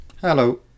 Hello